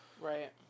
Right